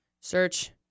search